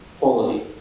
quality